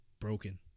broken